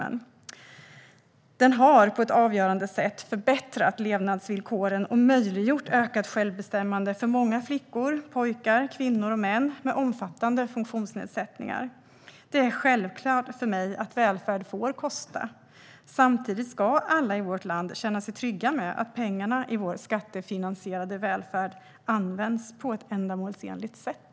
Reformen har på avgörande sätt förbättrat levnadsvillkoren och möjliggjort ökat självbestämmande för många flickor, pojkar, kvinnor och män med omfattande funktionsnedsättningar. Det är självklart för mig att välfärd får kosta. Samtidigt ska alla i vårt land känna sig trygga med att pengarna i vår skattefinansierade välfärd används på ett ändamålsenligt sätt.